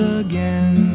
again